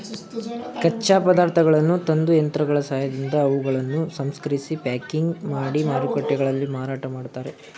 ಕಚ್ಚಾ ಪದಾರ್ಥಗಳನ್ನು ತಂದು, ಯಂತ್ರಗಳ ಸಹಾಯದಿಂದ ಅವುಗಳನ್ನು ಸಂಸ್ಕರಿಸಿ ಪ್ಯಾಕಿಂಗ್ ಮಾಡಿ ಮಾರುಕಟ್ಟೆಗಳಲ್ಲಿ ಮಾರಾಟ ಮಾಡ್ತರೆ